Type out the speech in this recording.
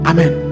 Amen